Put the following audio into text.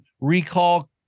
recall